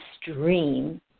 stream